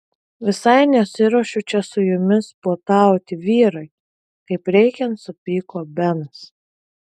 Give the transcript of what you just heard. visai nesiruošiu čia su jumis puotauti vyrai kaip reikiant supyko benas